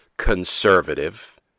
conservative